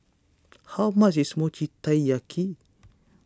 how much is Mochi Taiyaki